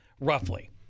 roughly